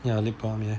ya lip balm and